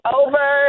over